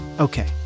Okay